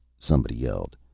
somebody yelled.